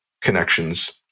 connections